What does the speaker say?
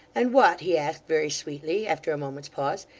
and what he asked very sweetly, after a moment's pause,